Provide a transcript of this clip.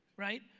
right,